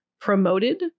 promoted